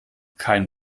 kein